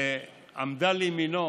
שעמדה לימינו